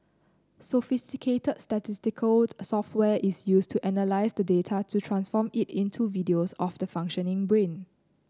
sophisticated statistical software is used to analyse the data to transform it into videos of the functioning brain